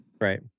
Right